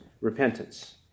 repentance